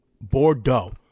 Bordeaux